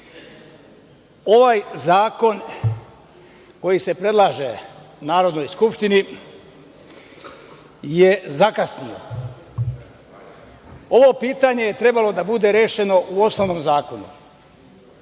ovaj zakon koji se predlaže Narodnoj skupštini je zakasnio. Ovo pitanje je trebalo da bude rešeno u osnovnom zakonu.